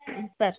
sir